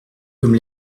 comme